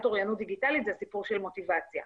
אוריינות דיגיטלית זה הסיפור של מוטיבציה.